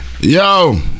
Yo